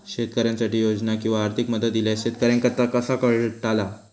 शेतकऱ्यांसाठी योजना किंवा आर्थिक मदत इल्यास शेतकऱ्यांका ता कसा कळतला?